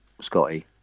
Scotty